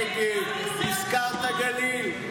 לא, אבל תראה, הזכרת נגב, הזכרת גליל.